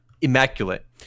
immaculate